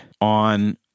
on